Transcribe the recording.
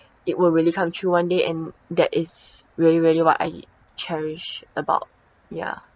it will really come true one day and that is really really what I cherish about ya